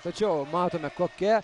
tačiau matome kokia